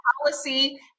policy